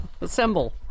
Assemble